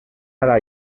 ara